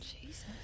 Jesus